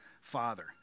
father